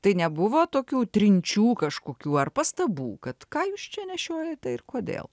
tai nebuvo tokių trinčių kažkokių ar pastabų kad ką jūs čia nešiojate ir kodėl